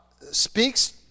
speaks